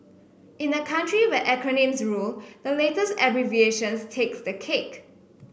in a country where acronyms rule the latest abbreviation takes the cake